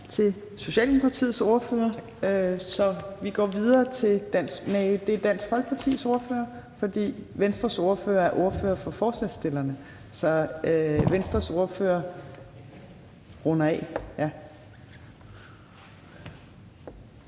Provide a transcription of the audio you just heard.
til Socialdemokratiets ordfører. Så er det Dansk Folkepartis ordfører. Venstres ordfører er ordfører for forslagsstillerne, så Venstres ordfører runder af.